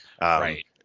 Right